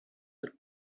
for